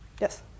Yes